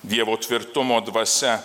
dievo tvirtumo dvasia